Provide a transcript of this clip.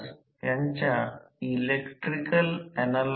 त्यामुळे I 2 2 a असेल